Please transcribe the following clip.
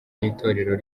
n’itorero